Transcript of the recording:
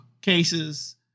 cases